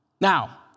Now